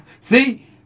See